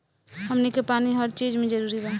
हमनी के पानी हर चिज मे जरूरी बा